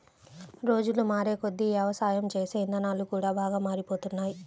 రోజులు మారేకొద్దీ యవసాయం చేసే ఇదానాలు కూడా బాగా మారిపోతున్నాయ్